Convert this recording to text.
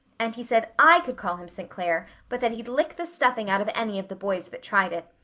and he said i could call him st. clair but that he'd lick the stuffing out of any of the boys that tried it.